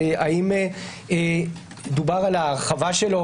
האם דובר על הרחבתו,